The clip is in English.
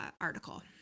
article